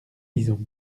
lisons